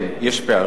כן, יש פערים.